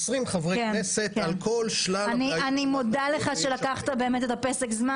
כל מה שעשיתם זה רק לתת לי עוד יותר מוטיבציה איך להעביר את